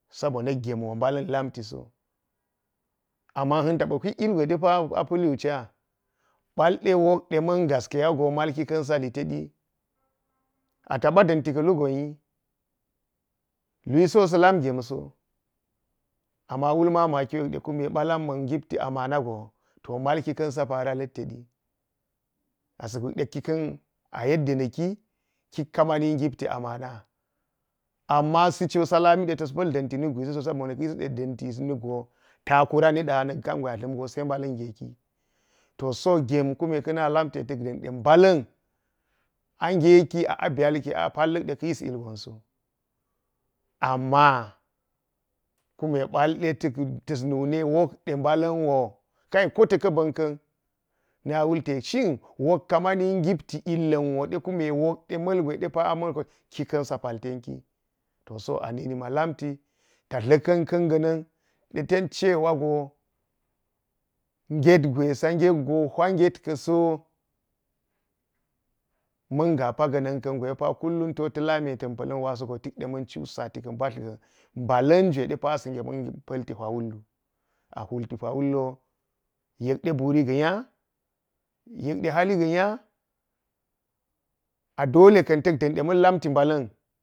Sobona genwo balan lamtiso, amma anta o huik ilgwe dde a paliwuca palde wokde man. Gaskiya go kikan sa litedi, a tapa danti kalugonyi luyisiwo sa lam gemso amma wul mamakiwo palan man gipti amanago to malkikan sa para lattedi. Asa kikka mani gipti amar na amman sicho sa lami taspal danti dak gwisiso saboda ka yishicho danti si dakgo takura nida a nala kangwe a tlamgo sa balan geki to so kunne kanna lamtide tak dande balan. A geki a byanki a pallakode kayis ilgonso. Amma kume palde tak tas nune wokde balan wo, kai kota ka bankan na wulde shin wolkde mulge to a ninima lamti ta dlaka nkan ga nan daten cewago getgwe sa getwo huiya get kasi man gapa ganan kandepa kullum to ta lami de tan palan wasogo tikde man chusa ti ka ga balan juwe depa asa ge palte huya wulwu a palti huya wulwo yekde buriga nya, yekda hali ga nya a dolekan tak dmai man lamti balan.